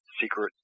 secret